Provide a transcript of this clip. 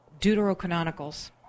deuterocanonicals